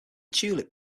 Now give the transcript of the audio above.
tulip